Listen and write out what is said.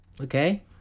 Okay